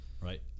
right